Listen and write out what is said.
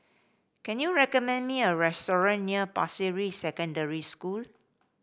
can you recommend me a restaurant near Pasir Ris Secondary School